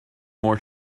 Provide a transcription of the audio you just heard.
more